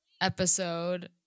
episode